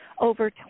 over